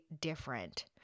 different